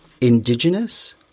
indigenous